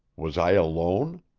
was i alone?